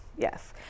Yes